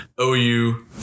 OU